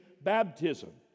baptism